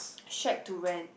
shack to rent